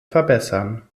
verbessern